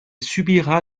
subira